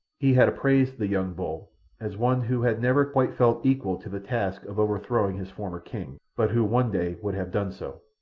he had appraised the young bull as one who had never quite felt equal to the task of overthrowing his former king, but who one day would have done so.